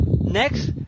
next